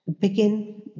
Begin